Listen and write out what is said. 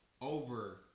over